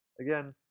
again